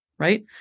Right